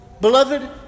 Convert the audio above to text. Beloved